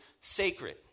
sacred